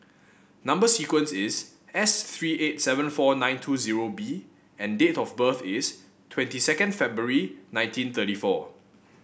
number sequence is S three eight seven four nine two zero B and date of birth is twenty second February nineteen thirty four